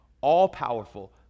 all-powerful